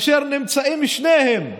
אשר נמצאים שניהם,